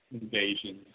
invasion